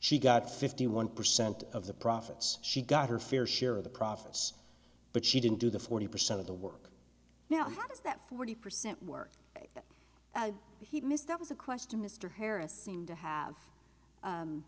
she got fifty one percent of the profits she got her fair share of the profits but she didn't do the forty percent of the work now how does that forty percent work he missed that was a question mr harris seemed to have